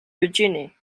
eugene